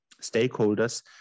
stakeholders